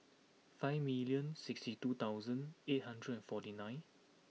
five million sixty two thousand eight hundred and forty nine